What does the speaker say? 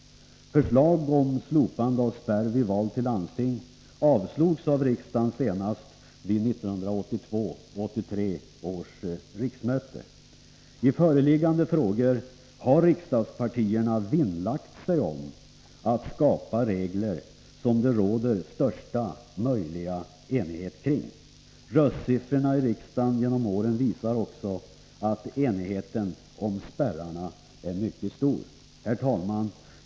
Förslag om slopande av spärr vid val till landsting avslogs av riksdagen senast vid 1982/83 års riksmöte. I föreliggande frågor har riksdagspartierna vinnlagt sig om att skapa regler som det råder största möjliga enighet kring. Röstsiffrorna i riksdagen genom åren visar också att enigheten om spärreglerna är mycket stor. Herr talman!